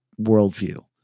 worldview